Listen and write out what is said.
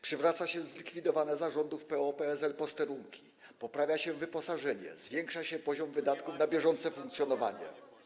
Przywraca się zlikwidowane za rządów PO-PSL posterunki, poprawia się wyposażenie, zwiększa się poziom wydatków na bieżące funkcjonowanie.